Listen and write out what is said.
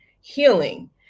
healing